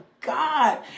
God